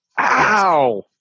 Ow